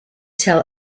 tell